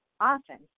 Often